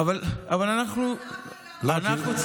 אבל אנחנו צריכים,